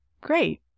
great